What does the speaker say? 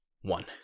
one